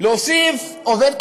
להוסיף עובד קהילתי,